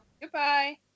Goodbye